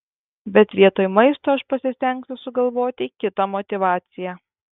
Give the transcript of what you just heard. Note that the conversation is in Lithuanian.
bet vietoj maisto aš pasistengsiu sugalvoti kitą motyvaciją